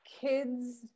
kids